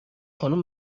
خانوم